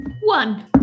One